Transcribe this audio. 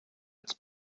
its